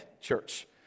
church